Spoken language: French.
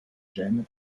gemmes